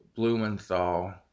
Blumenthal